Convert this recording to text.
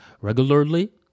regularly